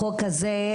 החוק הזה,